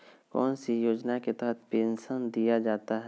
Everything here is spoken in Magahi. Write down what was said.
कौन सी योजना के तहत पेंसन दिया जाता है?